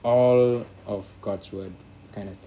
all of god's word kind of thing